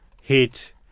hit